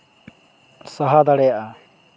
ᱥᱟᱦᱟ ᱫᱟᱲᱮᱭᱟᱜᱼᱟ